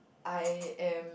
I am